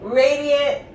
radiant